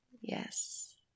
Yes